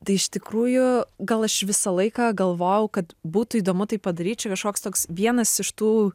tai iš tikrųjų gal aš visą laiką galvojau kad būtų įdomu tai padaryt čia kažkoks toks vienas iš tų